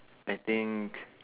I think